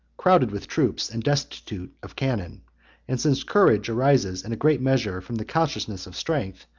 crowded with troops, and destitute of cannon and since courage arises in a great measure from the consciousness of strength,